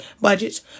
budgets